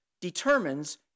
determines